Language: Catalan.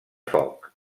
foc